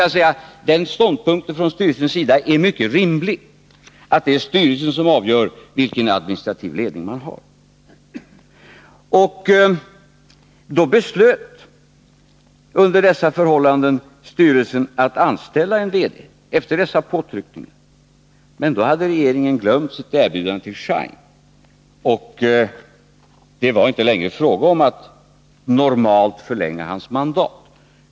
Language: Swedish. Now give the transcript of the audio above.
Ståndpunkten att det är styrelsen som avgör vilken administrativ ledning man skall ha är mycket rimlig. Under dessa förhållanden och efter dessa påtryckningar beslöt styrelsen anställa en VD. Men då hade regeringen glömt sitt erbjudande till Schein, och det var inte längre fråga om att normalt förlänga hans mandat.